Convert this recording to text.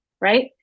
right